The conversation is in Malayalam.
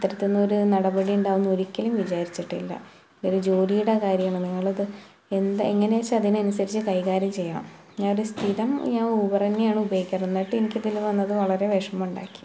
അപ്പുറത്ത്ന്നൊരു നടപടി ഉണ്ടാവുന്നു ഒരിക്കലും വിചാരിച്ചിട്ടില്ല ഒരു ജോലിയുടെ കാര്യമാണ് നിങ്ങളത് എന്ത് എങ്ങനേച്ചാൽ അതിനനുസരിച്ച് കൈകാര്യം ചെയ്യണം ഞാനൊരു സ്ഥിരം ഇങ്ങനെ ഊബറ്ന്നെയാണ് ഉപയോഗിക്കാറ് എന്നിട്ട് എനിക്കിപ്പിങ്ങനെ വന്നത് വളരെ വിഷമമുണ്ടാക്കി